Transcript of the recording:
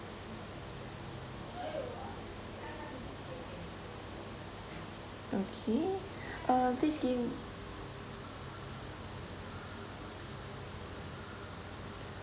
okay uh please give